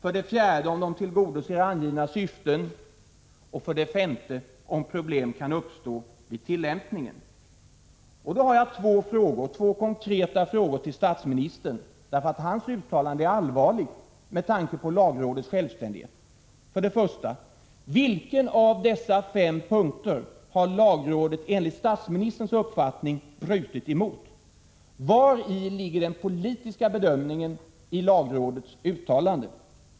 att pröva om förslaget tillgodoser angivna syften och 5. att pröva om problem kan uppstå vid tillämpningen. Då har jag tre konkreta frågor till statsministern, eftersom hans uttalande är allvarligt med tanke på lagrådets självständighet: 1. Vilken av dessa fem punkter har lagrådet enligt statsministerns uppfattning brutit emot? 2. Vari ligger den politiska bedömningen i lagrådets uttalande?